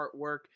artwork